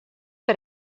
per